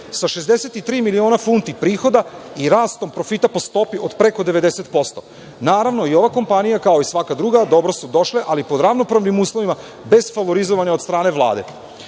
sa 63 miliona funti prihoda i rastom profita po stopi od preko 90%. Naravno, i ova kompanija kao i svaka druga dobro su došle, ali pod ravnopravnim uslovima, bez favorizovanja od strane Vlade. Treće